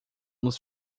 nos